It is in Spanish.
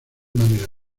manera